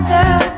Girl